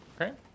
Okay